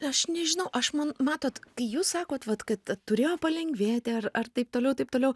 aš nežinau aš man matot kai jūs sakot vat kad turėjo palengvėti ar ar taip toliau taip toliau